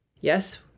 Yes